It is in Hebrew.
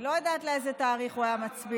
לא יודעת על איזה תאריך הוא היה מצביע,